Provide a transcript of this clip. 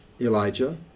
Elijah